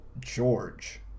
George